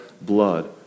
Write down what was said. blood